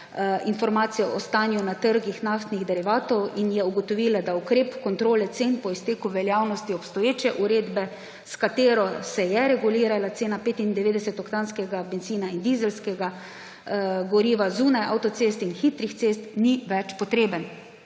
informacijo o stanju na trgih naftnih derivatov in je ugotovila, da ukrep kontrole cen po izteku veljavnosti obstoječe uredbe, s katero se je regulirala cena 95-oktanskega bencina in dizelskega goriva zunaj avtocest in hitrih cest, ni več potreben.